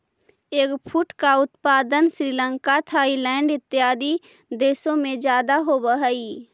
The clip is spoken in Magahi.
एगफ्रूट का उत्पादन श्रीलंका थाईलैंड इत्यादि देशों में ज्यादा होवअ हई